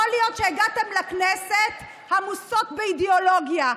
יכול להיות שהגעתן לכנסת עמוסות באידיאולוגיה.